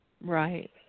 Right